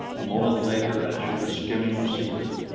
a moment later, and she was skimming seaward.